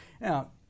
Now